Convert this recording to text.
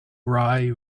rye